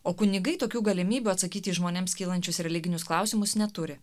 o kunigai tokių galimybių atsakyti į žmonėms kylančius religinius klausimus neturi